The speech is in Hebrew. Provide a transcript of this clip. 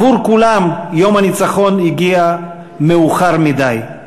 עבור כולם יום הניצחון הגיע מאוחר מדי,